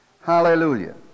Hallelujah